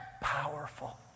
powerful